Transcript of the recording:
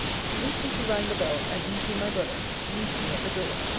she instantly rang the bell, and in came my brother, meeting me at the door.